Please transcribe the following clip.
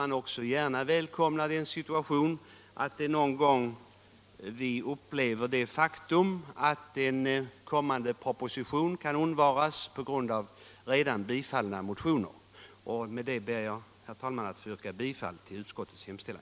Man välkomnar ju gärna den situationen att en gång få uppleva att en kommande proposition kan undvaras tack vare redan bifallna motioner. Med det ber jag, herr talman, att få yrka bifall till utskottets hemställan.